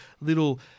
little